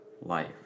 life